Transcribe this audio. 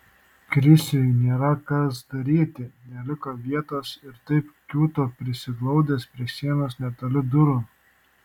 krisiui nėra kas daryti neliko vietos ir taip kiūto prisiglaudęs prie sienos netoli durų